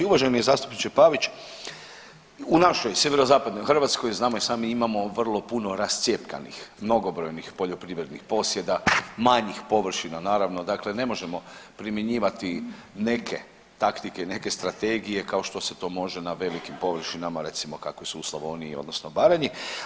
Uvaženi zastupniče Pavić, u našoj sjeverozapadnoj Hrvatskoj znamo i sami imamo vrlo puno rascjepkanih mnogobrojnih poljoprivrednih posjeda, manjih površina, naravno dakle ne možemo primjenjivati neke taktike, neke strategije kao što se to može na velikim površinama recimo kakve su u Slavoniji odnosno Baranji.